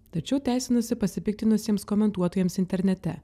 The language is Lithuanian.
tačiau teisinasi pasipiktinusiems komentuotojams internete